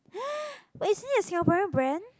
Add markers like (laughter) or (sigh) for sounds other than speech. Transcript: (breath) but isn't it a Singaporean brand